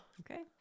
Okay